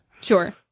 Sure